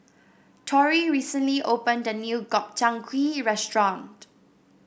Torrey recently opened a new Gobchang Gui Restaurant